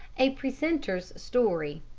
a precentor's story